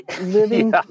living